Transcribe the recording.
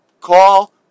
call